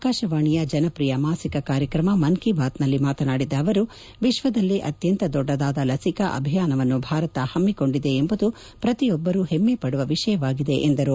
ಆಕಾಶವಾಣಿಯ ಜನಪ್ರಿಯ ಮಾಸಿಕ ಕಾರ್ಯಕ್ರಮ ಮನ್ ಕಿ ಬಾತ್ನಲ್ಲಿ ಮಾತನಾಡಿದ ಅವರು ವಿಶ್ವದಲ್ಲೇ ಅತ್ಯಂತ ದೊಡ್ಡದಾದ ಲಸಿಕಾ ಅಭಿಯಾನವನ್ನು ಭಾರತ ಹಮ್ಮಿಕೊಂಡಿದೆ ಎಂಬುದು ಪ್ರತಿಯೊಬ್ಬರೂ ಹೆಮ್ಮೆ ಪಡುವ ವಿಷಯವಾಗಿದೆ ಎಂದರು